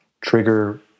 trigger